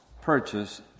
purchase